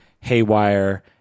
Haywire